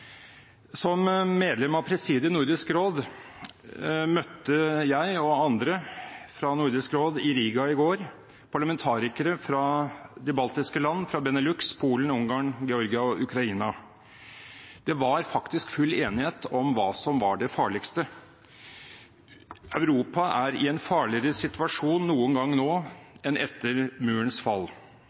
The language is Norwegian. Som medlem av presidiet i Nordisk råd møtte jeg og andre fra Nordisk råd i Riga i går parlamentarikere fra de baltiske landene, Benelux-landene, Polen, Ungarn, Georgia og Ukraina. Det var faktisk full enighet om hva som var det farligste. Europa er i en farligere situasjon nå enn noen gang etter Murens fall.